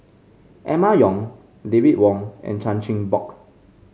Emma Yong David Wong and Chan Chin Bock